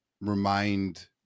remind